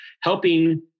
helping